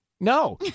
No